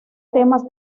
temas